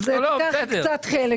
אז תיקח חלק מזה,